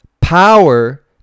Power